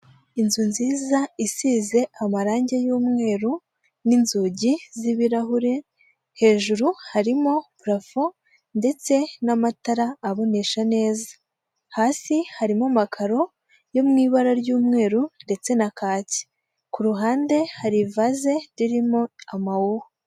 Inzu nziza isize amarange y'umweru n'inzugi z'ibirahure, hejuru harimo purafo ndetse n'amatara abonesha neza. Hasi harimo makaro yo mu ibara ry'umweru ndetse na kaki. Ku ruhande hari ivaze ririmo amawuwa.